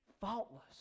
Faultless